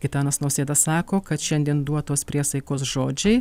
gitanas nausėda sako kad šiandien duotos priesaikos žodžiai